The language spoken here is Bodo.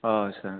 औ सार